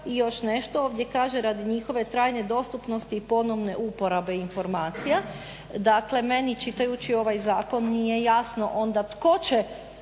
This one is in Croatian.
I još nešto, ovdje kaže radi njihove trajne dostupnosti i ponovne uporabe informacija. Dakle meni čitajući ovaj zakon nije jasno onda tko će